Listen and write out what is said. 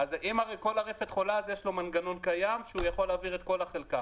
אם כל הרפת חולה אז יש לו מנגנון קיים שהוא יכול להעביר את כל החלקה.